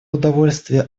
удовольствие